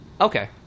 Okay